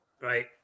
Right